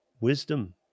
wisdom